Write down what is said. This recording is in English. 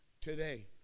today